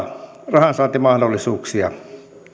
rahansaantimahdollisuuksia